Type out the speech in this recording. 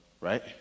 Right